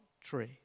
tree